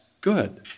good